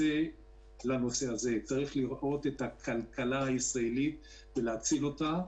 צריך לראות את הכלכלה הישראלית ולהציל אותה,